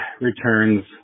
returns